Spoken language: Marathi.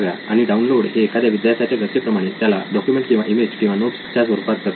आणि डाऊनलोड हे एखाद्या विद्यार्थ्याच्या गरजेप्रमाणे त्याला डॉक्युमेंट किंवा इमेज किंवा नोट्स च्या स्वरुपात करता यावे